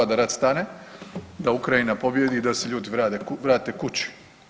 1. da rat stane, da Ukrajina pobijedi i da se ljudi vrate kući.